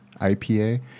IPA